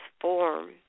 form